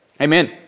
Amen